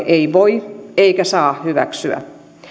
ei voi eikä saa hyväksyä